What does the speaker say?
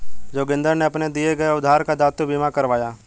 जोगिंदर ने अपने दिए गए उधार का दायित्व बीमा करवाया